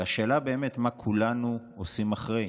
והשאלה היא מה כולנו עושים אחרי.